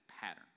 pattern